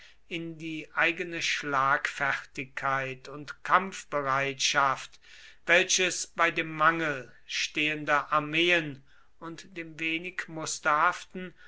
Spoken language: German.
in die eigene schlagfertigkeit und kampfbereitschaft welches bei dem mangel stehender armeen und dem wenig